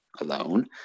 alone